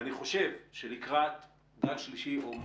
ואני חושב שלקראת גל שלישי או,